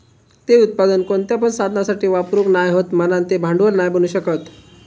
ते उत्पादन कोणत्या पण साधनासाठी वापरूक नाय हत म्हणान ते भांडवल नाय बनू शकत